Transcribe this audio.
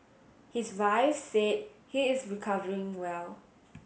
his wife said he is recovering well